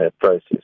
process